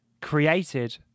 created